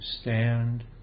stand